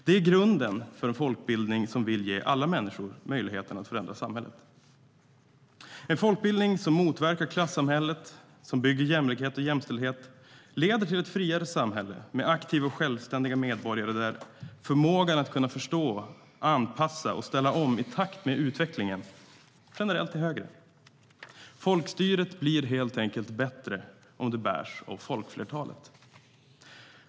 Det är grunden för en folkbildning som vill ge alla människor möjlighet att förändra samhället. En folkbildning som motverkar klassamhället, som bygger jämlikhet och jämställdhet leder till ett friare samhälle med aktiva och självständiga medborgare där förmågan att förstå, anpassa och ställa om i takt med utvecklingen generellt är högre. Folkstyret blir helt enkelt bättre om det bärs av folkflertalet.